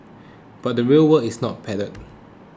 but the real world is not padded